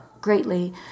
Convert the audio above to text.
greatly